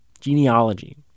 genealogy